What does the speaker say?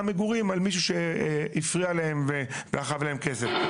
מגורים על מישהו שהפריע להם והיה חייב להם כסף.